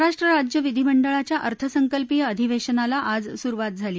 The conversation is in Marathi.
महाराष्ट्र राज्य विधीमंडळाच्या अर्थसंकल्पीय अधिवेशनाला आज सुरुवात झाली